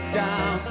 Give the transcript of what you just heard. down